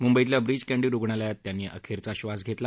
मुंबईतल्या ब्रीच कँडी रुग्णालयात त्यांनी अखेरचा श्वास घेतला